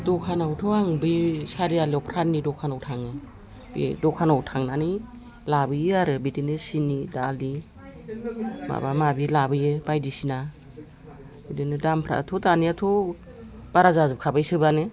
दखानावथ' आं बे सारिआलियाव फ्राननि दखानाव थाङो बे दखानाव थांनानै लाबोयो आरो बिदिनो सिनि दालि माबा माबि लाबोयो बायदिसिना बिदिनो दामफ्राथ' दानियाथ' बारा जाजोबखाबाय सोबानो